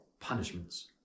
punishments